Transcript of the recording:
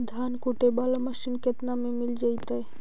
धान कुटे बाला मशीन केतना में मिल जइतै?